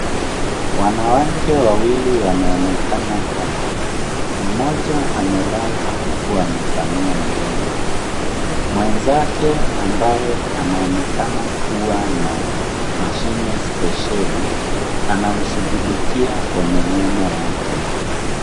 Wanawake wawili wanaonekana hapa. Mmoja amelala huku amepanua mdomo. Mwenzake ambaye anaonekana kuwa na mashine spesheli anamshughulikia kwenye meno yake.